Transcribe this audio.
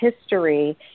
history